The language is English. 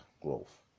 growth